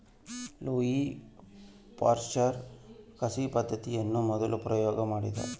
Louis Pasteur ಕಸಿ ಪದ್ದತಿಯನ್ನು ಮೊದಲು ಪ್ರಯೋಗ ಮಾಡಿದ